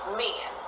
men